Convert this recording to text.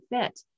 fit